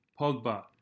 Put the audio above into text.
Pogba